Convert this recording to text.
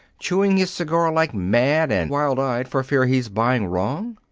chewing his cigar like mad, and wild-eyed for fear he's buying wrong?